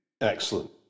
Excellent